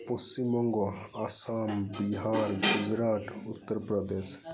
Paschim Banga Assam Bihar Gujarat Uttar Pradesh